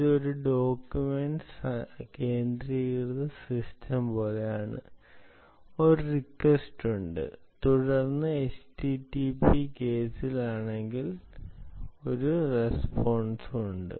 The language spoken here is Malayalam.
ഇത് ഒരു ഡോക്യുമെന്റ് കേന്ദ്രീകൃത സിസ്റ്റം പോലെയാണ് ഒരു റിക്വസ്റ്റ് ഉണ്ട് തുടർന്ന് http കേസിൽ ആണെങ്കിൽ ഒരു റസ്പോൺസും ഉണ്ട്